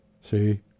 See